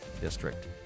District